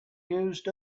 used